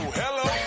hello